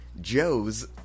Joe's